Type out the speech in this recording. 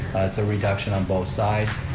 it's a reduction on both sides.